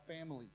family